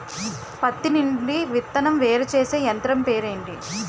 పత్తి నుండి విత్తనం వేరుచేసే యంత్రం పేరు ఏంటి